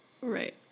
Right